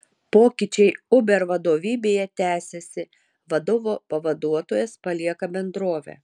pokyčiai uber vadovybėje tęsiasi vadovo pavaduotojas palieka bendrovę